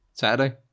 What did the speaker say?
Saturday